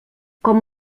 com